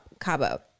Cabo